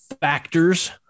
factors